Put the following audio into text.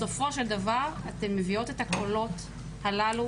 בסופו של דבר אתן מביאות את הקולות הללו